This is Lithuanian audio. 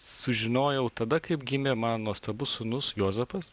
sužinojau tada kaip gimė man nuostabus sūnus juozapas